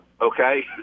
okay